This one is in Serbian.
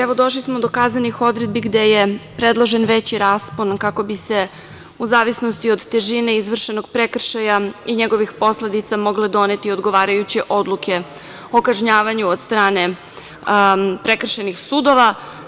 Evo, došli smo dokazanih odredbi gde je predložen veći raspon kako bi se u zavisnosti od težine izvršenog prekršaja i njegovih posledica mogla doneti odgovarajuće odluke o kažnjavanju od strane prekršajnih sudova.